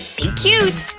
be cute!